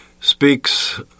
speaks